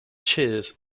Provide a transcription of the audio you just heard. cheers